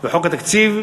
וחוק התקציב,